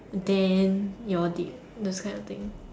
then you all date those kind of things